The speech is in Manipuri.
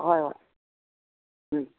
ꯍꯣꯏ ꯍꯣꯏ ꯎꯝ